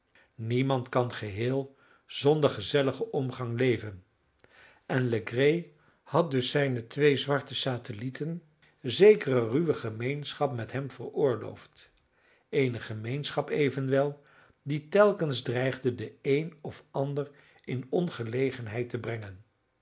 niemand kan geheel zonder gezelligen omgang leven en legree had dus zijne twee zwarte satellieten zekere ruwe gemeenschap met hem veroorloofd eene gemeenschap evenwel die telkens dreigde den een of ander in ongelegenheid te brengen